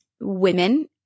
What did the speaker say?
women